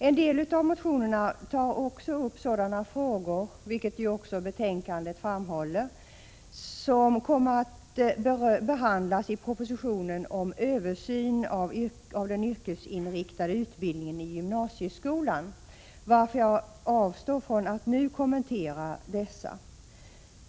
I vissa av motionerna tas det upp frågor som kommer att behandlas i propositionen — vilket också framhålls i betänkandet — om översyn av den yrkesinriktade utbildningen i gymnasieskolan. Därför avstår jag från att kommentera dessa frågor.